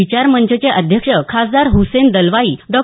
विचार मंचचे अध्यक्ष खासदार हसेन दलवाई डॉ